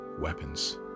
weapons